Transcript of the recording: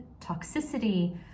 toxicity